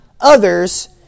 others